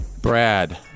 Brad